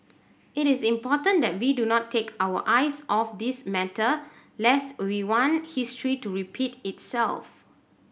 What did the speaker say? it is important that we do not take our eyes off this matter lest we want history to repeat itself